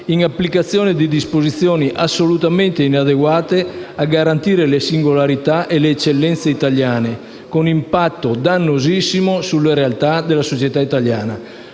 in applicazione di disposizioni assolutamente inadeguate a garantire le singolarità e le eccellenze italiane, con impatto dannosissimo sulle realtà della società italiana.